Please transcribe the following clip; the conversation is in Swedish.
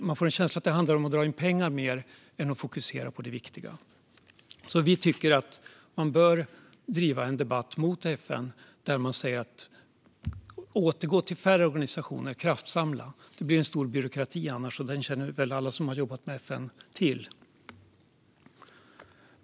Man får en känsla av att det handlar mer om att dra in pengar än om att fokusera på det viktiga. Vi tycker att man bör driva på för en debatt mot FN där man säger: Återgå till färre organisationer och kraftsamla! Det blir en stor byråkrati annars, och den känner väl alla som har jobbat med FN till.